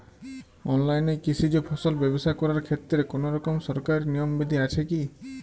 অনলাইনে কৃষিজ ফসল ব্যবসা করার ক্ষেত্রে কোনরকম সরকারি নিয়ম বিধি আছে কি?